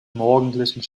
morgendlichen